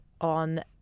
on